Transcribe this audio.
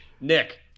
Nick